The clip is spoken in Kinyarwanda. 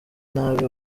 nabi